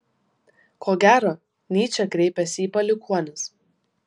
ko gero nyčė kreipiasi į palikuonis